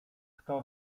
kto